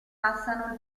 passano